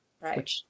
Right